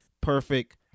Perfect